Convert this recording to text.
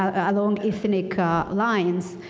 ah along ethnic ah lines.